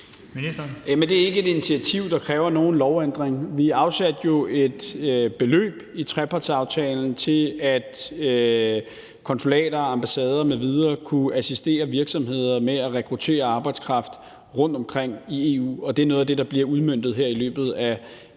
Det er ikke et initiativ, der kræver nogen lovændring. Vi afsatte jo i trepartsaftalen et beløb til, at konsulater, ambassader m.v. kunne assistere virksomheder med at rekruttere arbejdskraft rundtomkring i EU, og det er noget af det, der bliver udmøntet her i løbet af